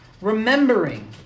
remembering